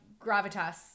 gravitas